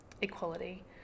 equality